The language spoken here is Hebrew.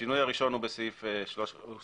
השינוי הראשון הוא בסעיף 330ט,